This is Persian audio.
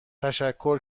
تشکر